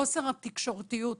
חוסר התקשורתיות,